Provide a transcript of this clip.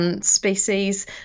species